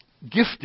gifted